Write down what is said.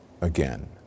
again